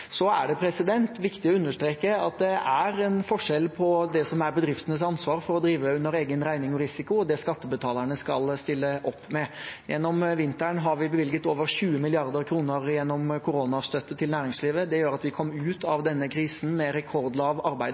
Så er det viktig å understreke at det er en forskjell på det som er bedriftenes ansvar for å drive for egen regning og risiko, og det som skattebetalerne skal stille opp med. Gjennom vinteren har vi bevilget over 20 mrd. kr gjennom koronastøtte til næringslivet. Det gjorde at vi kom ut av denne krisen med rekordlav